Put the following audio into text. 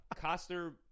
Costner